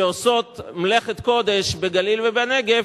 שעושות מלאכת קודש בגליל ובנגב,